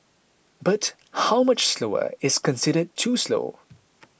but how much slower is considered too slow